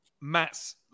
Matt's